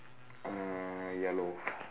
uh yellow